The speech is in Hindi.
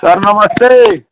सर नमस्ते